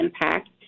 impact